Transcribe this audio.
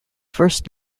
first